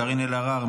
קארין אלהרר,